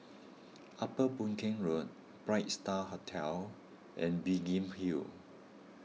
Upper Boon Keng Road Bright Star Hotel and Biggin Hill Road